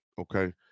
okay